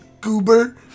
goober